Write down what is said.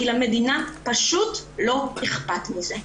כי למדינה פשוט לא אכפת מזה.